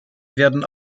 werden